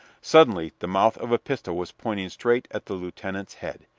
suddenly, the mouth of a pistol was pointing straight at the lieutenant's head.